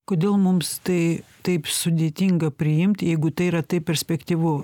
kodėl mums tai taip sudėtinga priimt jeigu tai yra taip perspektyvu